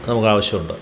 നമുക്കാവശ്യമുണ്ട്